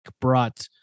brought